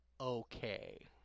okay